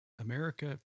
America